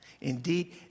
Indeed